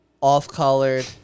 Off-colored